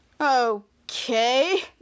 Okay